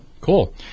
Cool